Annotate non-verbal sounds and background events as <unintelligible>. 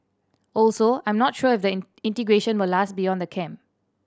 also I'm not sure if the <unintelligible> integration will last beyond the camp